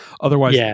Otherwise